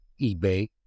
eBay